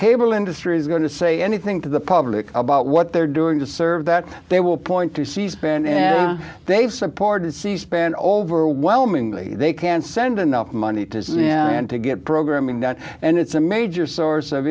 cable industry is going to say anything to the public about what they're doing to serve that they will point to c span and they've supported c span overwhelmingly they can send enough money to and to get programming done and it's a major source of